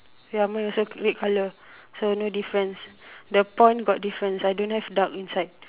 ya mine also red colour so no difference the pond got difference I don't have duck inside